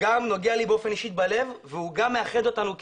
גם נוגע לי בלב באופן אישי והוא גם מאחד אותי כעם.